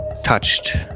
touched